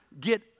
get